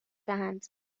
دهند